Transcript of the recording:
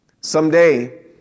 Someday